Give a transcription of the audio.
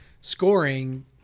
scoring